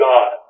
God